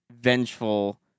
vengeful